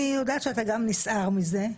אני יודעת שאתה גם נסער מזה,